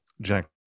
Jack